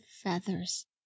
feathers